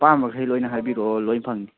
ꯑꯄꯥꯝꯕꯈꯩ ꯂꯣꯏ ꯍꯥꯏꯕꯤꯔꯛꯑꯣ ꯂꯣꯏ ꯐꯪꯅꯤ